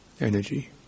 energy